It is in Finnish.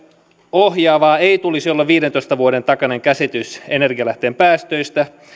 ohjaavaa ei tulisi olla viidentoista vuoden takainen käsitys energialähteen päästöistä on